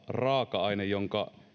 raaka aine jonka